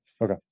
Okay